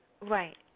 Right